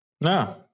No